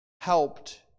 helped